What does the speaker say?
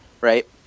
right